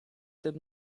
tym